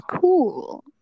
cool